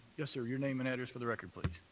yes, sir, your name and address for the record, please.